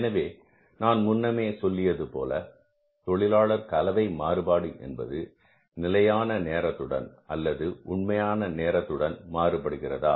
எனவே நான் முன்னமே சொல்லியது போல தொழிலாளர் கலவை மாறுபாடு என்பது நிலையான நேரத்துடன் அல்லது உண்மையான நேரத்துடன் மாறுபடுகிறதா